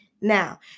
now